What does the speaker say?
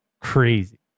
crazy